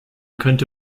könnte